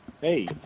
Hey